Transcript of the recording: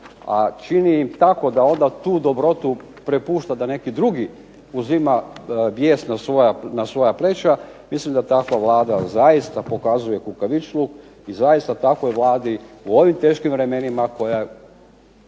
a čini im tako da onda tu dobrotu prepušta da neki drugi uzima bijes na svoja pleća mislim da takva Vlada zaista pokazuje kukavičluk i zaista takvoj Vladi u ovim teškim vremenima za koji je